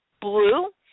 blue